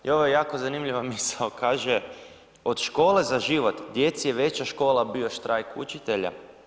I ovo je jako zanimljiva misao, kaže od „Škole za život“ djeci je veća škola bio štrajk učitelja.